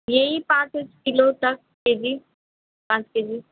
यही पाँच ऊँच किलो तक केजी पाँच केजी